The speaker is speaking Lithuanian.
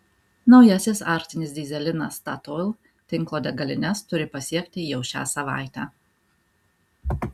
naujasis arktinis dyzelinas statoil tinklo degalines turi pasiekti jau šią savaitę